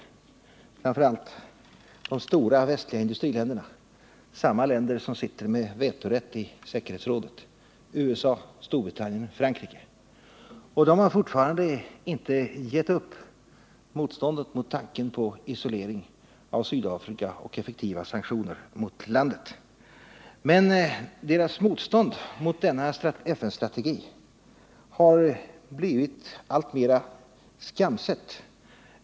Det är framför allt de stora västliga industriländerna, samma länder som sitter med vetorätt i säkerhetsrådet — USA, Storbritannien, Frankrike. De har fortfarande inte givit upp motståndet mot kraven på isolering av Sydafrika och effektiva sanktioner mot landet. Men deras motstånd mot denna FN-strategi har blivit alltmera skamset.